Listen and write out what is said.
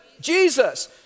Jesus